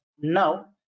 now